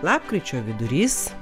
lapkričio vidurys